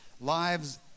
lives